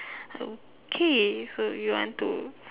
okay so you want to